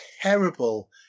terrible